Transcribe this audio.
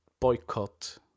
boycott